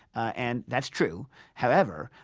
and that's true however,